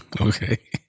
Okay